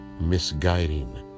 misguiding